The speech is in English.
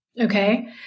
Okay